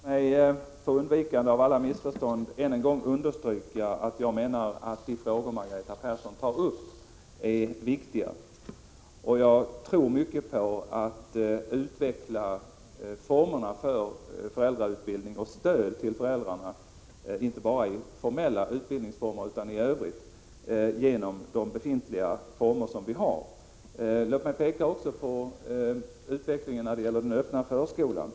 Herr talman! Låt mig för undvikande av alla missförstånd än en gång understryka att jag menar att de frågor Margareta Persson tar upp är viktiga. Jag tror mycket på att utveckla formerna för föräldrautbildning och stöd till föräldrarna, inte bara i formell utbildning utan genom befintliga former i övrigt. Låt mig peka på den öppna förskolans utveckling.